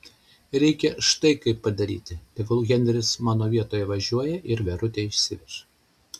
reikia štai kaip padaryti tegul henris mano vietoje važiuoja ir verutę išsiveža